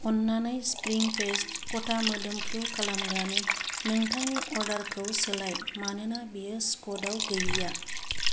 अननानै स्प्रिं पेस्ट खथा मोदोमफ्रु खालामग्रानि नोंथांनि अर्डार खौ सोलाय मानोना बेयो स्टिक आव गैलिया